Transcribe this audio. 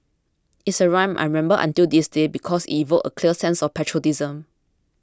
it's a rhythm I remember until this day because evoked a clear sense of patriotism